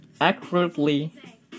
accurately